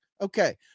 okay